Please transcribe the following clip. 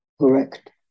correct